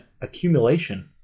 Accumulation